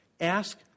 ask